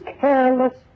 careless